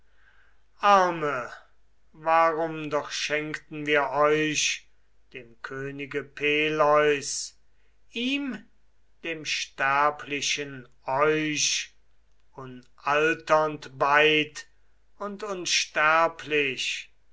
arme warum doch schenkten wir euch dem könige peleus ihm dem sterblichen euch unalternd beid und unsterblich